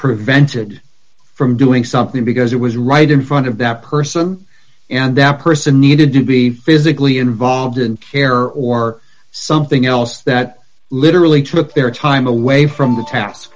prevented from doing something because it was right in front of that person and that person needed to be physically involved in care or something else that literally took their time away from the ta